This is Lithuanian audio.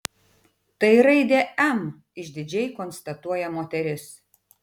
tai raidė m išdidžiai konstatuoja moteris